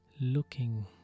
looking